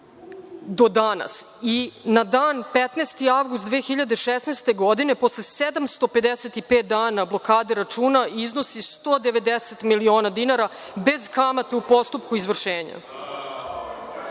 do danas i na dan 15. avgust 2016. godine, posle 755 dana blokade računa, iznosi 190 miliona dinara, bez kamate u postupku izvršenja. Ono